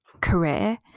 career